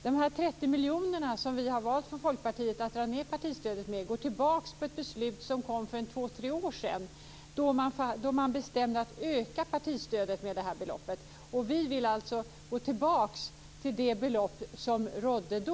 De 30 miljoner som vi i Folkpartiet har valt att dra ned partistödet med går tillbaka på ett beslut som fattades för två tre år sedan, då man bestämde att öka partistödet med detta belopp. Vi vill alltså gå tillbaka till det belopp som gällde då.